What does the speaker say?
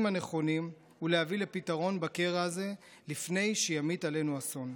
הנכונים ולהביא לפתרון בקרע הזה לפני שימיט עלינו אסון.